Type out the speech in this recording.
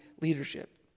leadership